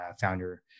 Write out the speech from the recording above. founder